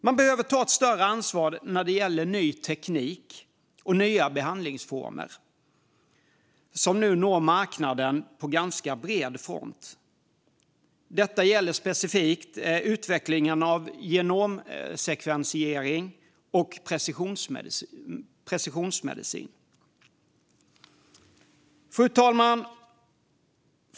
Man behöver ta ett större ansvar när det gäller ny teknik och nya behandlingsformer som nu når marknaden på ganska bred front. Det gäller specifikt utvecklingen av genomsekvensering och precisionsmedicin. Fru talman!